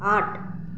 ଆଠ